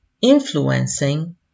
influencing